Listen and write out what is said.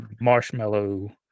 marshmallow